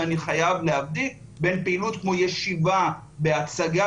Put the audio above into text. ואני חייב להבדיל בין פעילות כמו ישיבה בהצגה